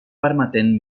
permetent